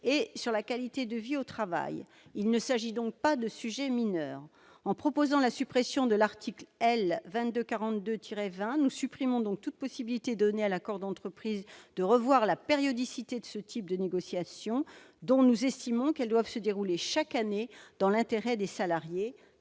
-et la qualité de vie au travail. Il ne s'agit donc pas de sujets mineurs. En supprimant l'article L. 2242-20, nous faisons disparaître toute possibilité de revenir, dans l'accord d'entreprise, sur la périodicité de ce type de négociations dont nous estimons qu'elles doivent se dérouler chaque année, dans l'intérêt des salariés.